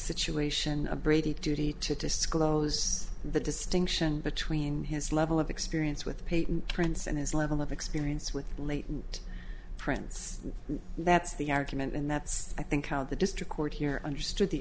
situation a brady duty to disclose the distinction between his level of experience with peyton prince and his level of experience with latent prints that's the argument and that's i think how the district court here understood the